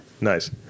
Nice